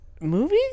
movie